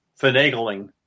finagling